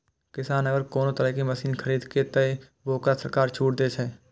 किसान अगर कोनो तरह के मशीन खरीद ते तय वोकरा सरकार छूट दे छे?